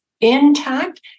intact